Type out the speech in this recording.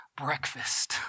Breakfast